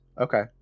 Okay